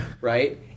right